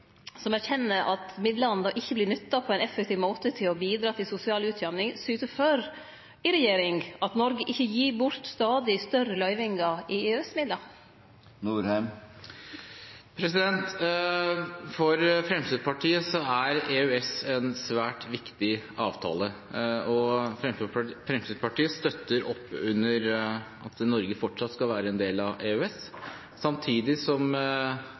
som erkjenner at midlane ikkje vert nytta på ein effektiv måte, nemleg til å bidra til sosial utjamning, i regjering syte for at Noreg ikkje gir bort stadig større løyvingar i EØS-midlar? For Fremskrittspartiet er EØS-avtalen en svært viktig avtale, og Fremskrittspartiet støtter opp under at Norge fortsatt skal være en del av EØS. Samtidig er en del av de kuriøse eksemplene som